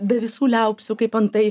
be visų liaupsių kaip antai